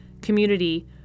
community